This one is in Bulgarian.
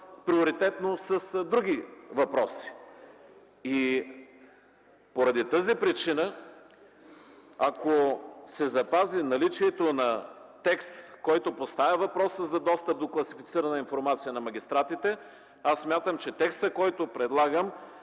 приоритетно с други въпроси. Поради тази причина, ако се запази наличието на текст, който поставя въпроса за достъпа до класифицираната информация на магистратите, аз смятам, че текстът, който предлагам